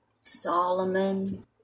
Solomon